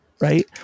Right